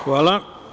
Hvala.